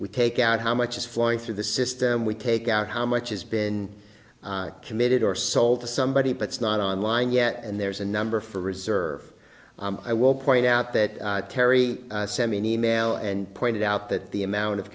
we take out how much is flowing through the system we take out how much has been committed or sold to somebody but it's not online yet and there's a number for reserve i will point out that terry send me an e mail and pointed out that the amount of